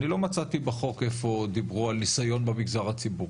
ואני לא מוצא איפה בחוק דיברו על נסיון במגזר הציבורי.